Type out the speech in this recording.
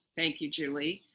thank you, julie.